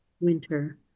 winter